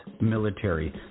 military